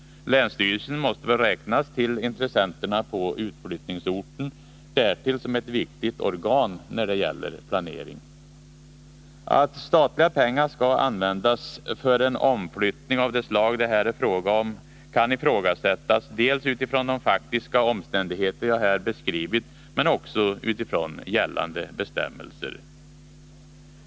Länsstyrelsen måste väl räknas till intressenterna på utflyttningsorten — och därtill som ett viktigt organ när det gäller planering. Att statliga pengar skall användas för en omflyttning av det slag det här är fråga om kan ifrågasättas dels utifrån de faktiska omständigheter jag här beskrivit, men dels också utifrån gällande bestämmelser.